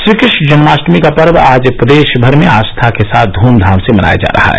श्रीकृष्ण जन्माष्टमी का पर्व आज प्रदेश भर में आस्था के साथ ध्मधाम से मनाया जा रहा है